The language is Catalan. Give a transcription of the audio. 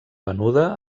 venuda